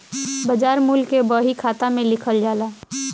बाजार मूल्य के बही खाता में लिखल जाला